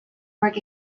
work